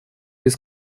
без